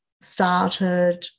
started